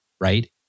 Right